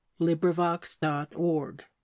librivox.org